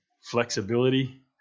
flexibility